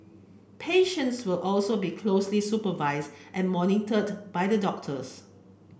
patients will also be closely supervised and monitored by the doctors